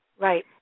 Right